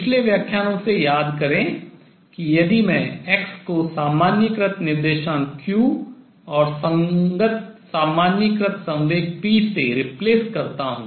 पिछले व्याख्यानों से याद करें कि यदि मैं x को सामान्यीकृत निर्देशांक q और संगत सामान्यीकृत संवेग p से replace प्रतिस्थापित करता हूँ